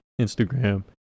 Instagram